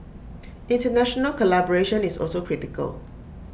International collaboration is also critical